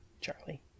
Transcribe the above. Charlie